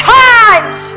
times